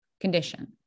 condition